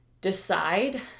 decide